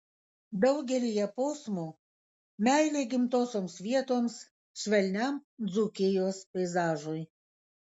daugelyje posmų meilė gimtosioms vietoms švelniam dzūkijos peizažui